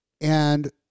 And-